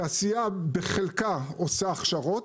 התעשייה בחלקה עושה הכשרות,